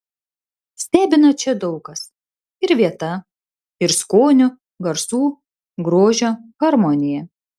stebina čia daug kas ir vieta ir skonių garsų grožio harmonija